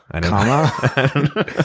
Comma